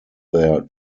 their